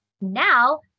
Now